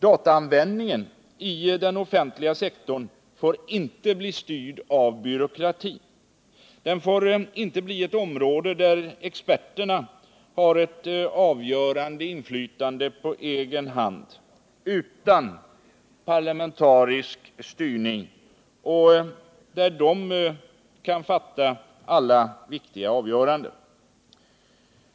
Dataanvändningen i den offentliga sektorn får inte bli styrd av byråkratin, den får inte bli ett område där experterna har ett avgörande inflytande på egen hand — utan parlamentarisk styrning — och där de kan fatta alla viktiga avgöranden.